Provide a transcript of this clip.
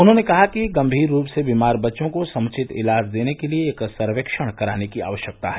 उन्होंने कहा कि गम्मीर रूप से बीमार बच्चों को समुचित इलाज देने के लिए एक सर्वक्षण कराने की आवश्कता है